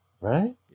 right